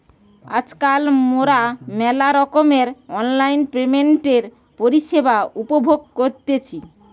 আজকাল মোরা মেলা রকমের অনলাইন পেমেন্টের পরিষেবা উপভোগ করতেছি